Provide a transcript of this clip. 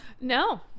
No